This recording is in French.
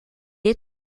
est